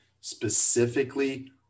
specifically